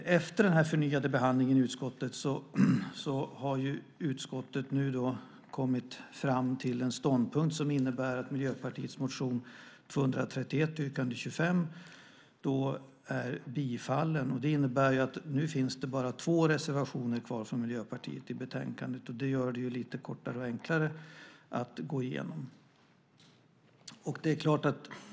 Efter den förnyade behandlingen i utskottet har utskottet nu kommit fram till en ståndpunkt som innebär att Miljöpartiets motion So231 yrkande 25 har tillstyrkts. Det innebär att det nu bara finns två reservationer kvar från Miljöpartiet i betänkandet. Det gör det lite enklare att gå igenom det.